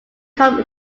come